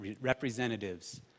representatives